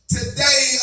Today